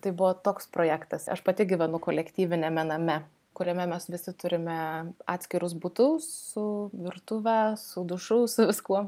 tai buvo toks projektas aš pati gyvenu kolektyviniame name kuriame mes visi turime atskirus butus su virtuve su dušu su viskuo